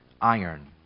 iron